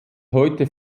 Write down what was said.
heute